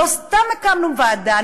לא סתם הקמנו ועדה,